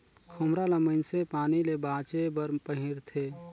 खोम्हरा ल मइनसे पानी ले बाचे बर पहिरथे